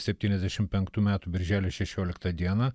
septyniasdešim penktų metų birželio šešioliktą dieną